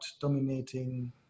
dominating